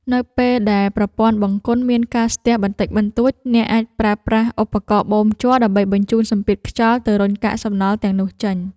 នៅពេលដែលប្រព័ន្ធបង្គន់មានការស្ទះបន្តិចបន្តួច អ្នកអាចប្រើឧបករណ៍បូមជ័រដើម្បីបញ្ជូនសម្ពាធខ្យល់ទៅរុញកាកសំណល់ទាំងនោះចេញ។